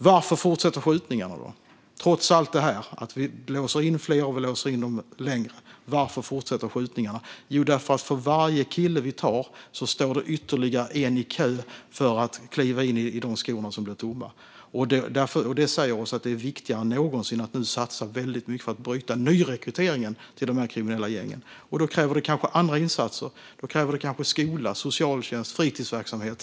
Varför fortsätter skjutningarna trots att vi låser in fler och låser in dem längre? Jo, för att för varje kille vi tar står en annan i kö för att kliva i hans skor. Detta säger oss att det är viktigare än någonsin att satsa mycket på att bryta nyrekryteringen till de kriminella gängen. Detta kräver kanske andra insatser i skola, socialtjänst och fritidsverksamhet.